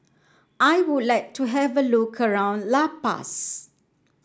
I would like to have a look around La Paz